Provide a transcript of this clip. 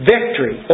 Victory